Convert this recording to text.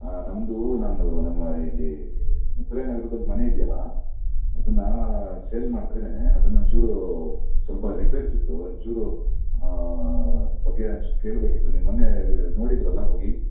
ಹಾಂ ನಮ್ಮದು ನಾನು ನಮ್ಮ ಇಲ್ಲಿ ಉತ್ತರಾಯಿ ನಗರದಲ್ಲಿ ಮನೆ ಇದಿಯಲ್ಲಾ ಅದನ್ನ ಸೇಲ್ ಮಾಡ್ತಾ ಇದೇನೆ ಅದನ್ನ ಒಂಚೂರೂ ಸ್ವಲ್ಪ ರೀಪೆರ್ಸ್ ಇತ್ತು ಒಂಚೂರು ಅದ್ರ ಬಗ್ಗೆ ಒಂಚೂರು ಕೇಳಬೇಕಿತ್ತು ನೀವು ಮೊನ್ನೆ ನೋಡಿದ್ದರಲ್ಲ ಹೋಗಿ